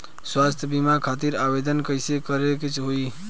स्वास्थ्य बीमा खातिर आवेदन कइसे करे के होई?